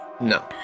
No